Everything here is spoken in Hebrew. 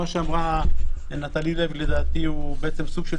ומה שאמרה נטלי לוי לדעתי זה סוג של